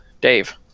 dave